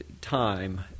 time